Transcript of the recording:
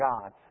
God